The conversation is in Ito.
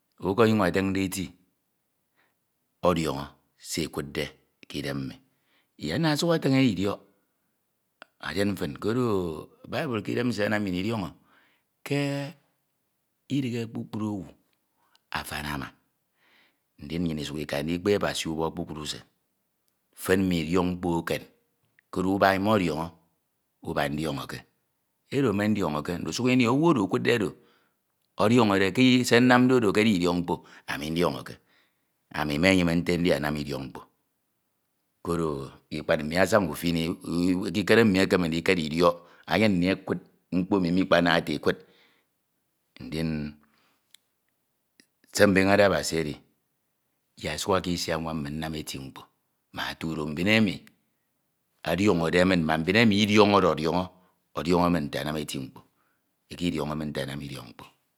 Owu onyuñ atinde eti odiọñọ se e kudde ke idem mmi. Ana esuk atin idiok adian fin koro bible ke idem nsie anam nnyin idiọko ke ldiohi kpukpru owu afaama. Ndin nnyin nsuk Ika ndikpe Abasi ubok kpukpru usun, fen mme idiok mkpo ekem koro ubak modioñọ ubak ndiọnọke. Edo me ndiọñọke ndusik ini owu oro ekudde oro odiọñọde ke se nnamde ekedi idiok mkpo, ami ndiọñọke. Ami menyime nte edi anam idiok mkpo koro lkpad mme asaña ufen, ekikere mmi ekeme ndimere idiọk, nnyin ekud mkpo emi mikpenaña ete ekud. Ndin ss mbeñede Abasi edi yak esuk aka isi anwam min nnam eti mkpo mbak etudo mbin emi odiọñọde min ma mbin emi idiọñọde diọño ọdiọrio min nte anam eti mkpo, ikidioño min nta anam idiok mkpo.